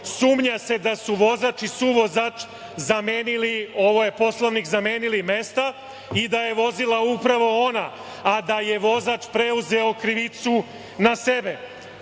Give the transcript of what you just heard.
Sumnja se da su vozač i suvozač zamenili, ovo je Poslovnik, zamenili mesta i da je vozila upravo ona, a da je vozač preuzeo krivicu na